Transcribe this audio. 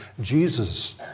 Jesus